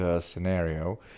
scenario